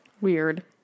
weird